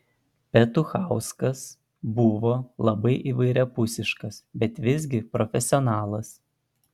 petuchauskas buvo labai įvairiapusiškas bet visgi profesionalas